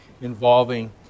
involving